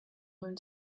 learn